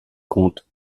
compte